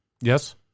Yes